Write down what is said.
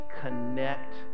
connect